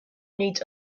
needs